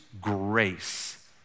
grace